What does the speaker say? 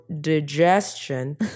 digestion